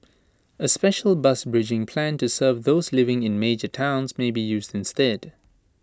A special bus bridging plan to serve those living in major towns may be used instead